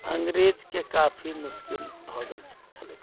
अंग्रेजके काफी मुश्किल भए गेल छलै